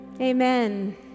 amen